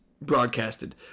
broadcasted